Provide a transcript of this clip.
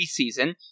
preseason